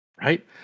Right